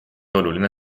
oluline